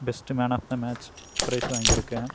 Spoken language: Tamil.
first man of the match ப்ரைஸும் வாங்கியிருக்கேன்